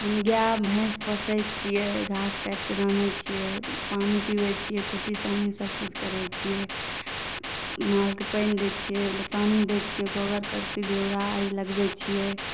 हम गाए भैँस पोषैत छियै घास काटिके आनैत छियै पानि पिअबैत छियै कुट्टी सानी सभकिछु करैत छियै मालके पानि दैत छियै सानी दैत छियै ओकर बाद करसी गोबर आ धूरा आगि लगबैत छियै